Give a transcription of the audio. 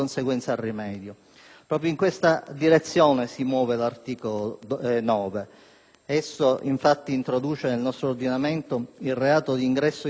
Esso, infatti, introduce nel nostro ordinamento il reato di ingresso illegale nel territorio dello Stato, con annesse sanzioni obbligatorie.